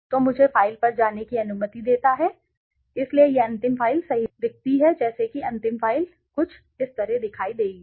तो मुझे फाइल पर जाने की अनुमति देता है इसलिए यह अंतिम फ़ाइल सही दिखती है जैसे कि अंतिम फ़ाइल कुछ इस तरह दिखाई देगी